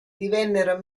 divennero